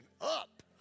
up